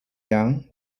down